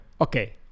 Okay